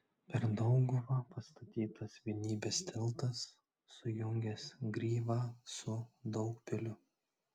per dauguvą pastatytas vienybės tiltas sujungęs gryvą su daugpiliu